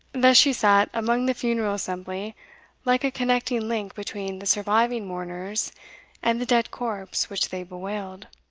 thus she sat among the funeral assembly like a connecting link between the surviving mourners and the dead corpse which they bewailed